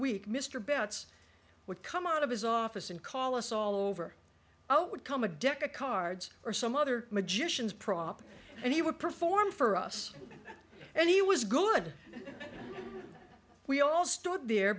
week mr betts would come out of his office and call us all over oh would come a deck of cards or some other magicians prop and he would perform for us and he was good we all stood there